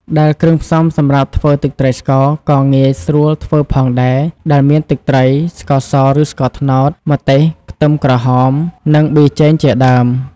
ដែលគ្រឿងផ្សំសម្រាប់ធ្វើទឹកត្រីស្ករក៏ងាយស្រួលធ្វើផងដែរ ដែលមាន ទឹកត្រី ស្ករសឬស្ករត្នោត ម្ទេស ខ្ទឹមក្រហម និងប៊ីចេងជាដើម។